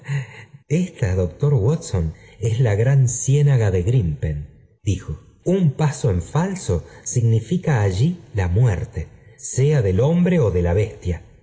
esta doctor watson es la gran ciénaga de grimpen dijo un paso en falso significa allí la muerte sea del hombre ó de la bestia